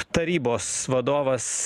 tarybos vadovas